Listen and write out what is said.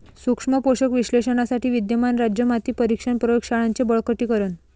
सूक्ष्म पोषक विश्लेषणासाठी विद्यमान राज्य माती परीक्षण प्रयोग शाळांचे बळकटीकरण